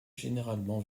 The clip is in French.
généralement